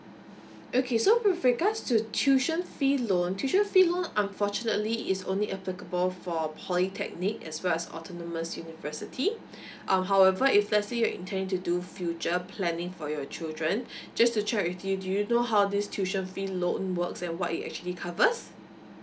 okay so with regards to tuition fee loan tuition fee loan unfortunately is only applicable for polytechnic as well as autonomous university um however if let's say you're intending to do future planning for your children just to check with you do you know how this tuition fee loan works and what it actually covers